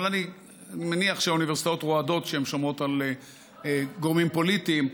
אבל אני מניח שהאוניברסיטאות רועדות כשהן שומעות על גורמים פוליטיים.